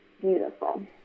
beautiful